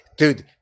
Dude